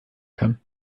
kann